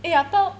eh I thought